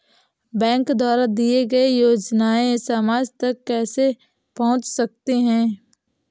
Bank द्वारा दिए गए योजनाएँ समाज तक कैसे पहुँच सकते हैं?